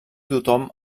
tothom